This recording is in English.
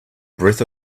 breath